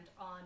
on